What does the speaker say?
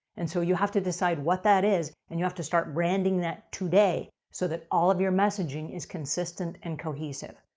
and so, you have to decide what that is, and you have to start branding that today, so that all of your messaging is consistent and cohesive.